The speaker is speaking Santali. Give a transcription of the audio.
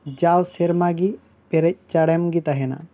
ᱡᱟᱣ ᱥᱮᱨᱢᱟ ᱜᱮ ᱯᱮᱨᱮᱡ ᱪᱟᱲᱮᱢ ᱜᱮ ᱛᱟᱦᱮᱱᱟ